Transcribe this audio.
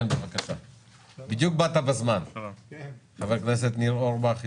חבר הכנסת ניר אורבך,